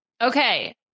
Okay